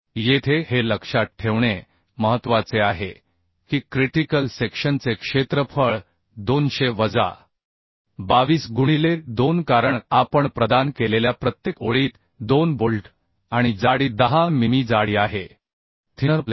येथे हे लक्षात ठेवणे महत्वाचे आहे की क्रिटीकल सेक्शनचे क्षेत्रफळ 200 वजा 22 गुणिले 2 कारण आपण प्रदान केलेल्या प्रत्येक ओळीत 2 बोल्ट आणि जाडी 10 मिमी जाडी आहे थिनर प्लेट